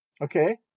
Okay